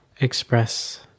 express